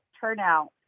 turnout